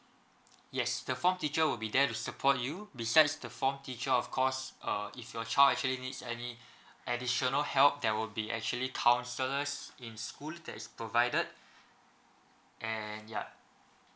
yes the form teacher will be there to support you besides the form teacher of course uh if your child actually needs any additional help there will be actually counsellors in school that is provided and ya